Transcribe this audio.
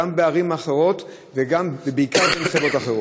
גם בערים אחרות וגם ובעיקר עם חברות אחרות.